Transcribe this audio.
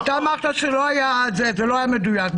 אתה אמרת שלא היה זה לא היה מדויק.